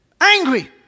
Angry